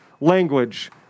language